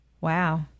Wow